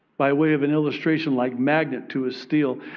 by way of an illustration like magnet to a steel,